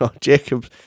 Jacob